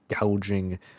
gouging